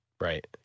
Right